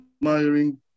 admiring